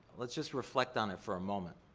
let's just reflect on it for a moment.